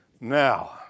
Now